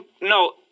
no